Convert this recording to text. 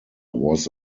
was